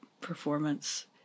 performance